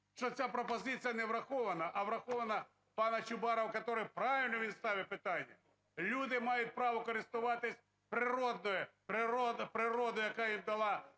що ця пропозиція не врахована, а врахована пана Чубарова, которая… Правильно він ставить питання. Люди мають право користуватись природною, природою,